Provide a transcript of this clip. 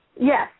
Yes